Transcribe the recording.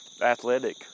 athletic